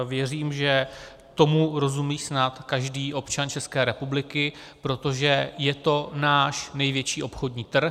Věřím, že tomu rozumí snad každý občan České republiky, protože je to náš největší obchodní trh.